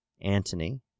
antony